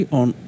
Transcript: on